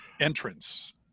entrance